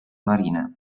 marina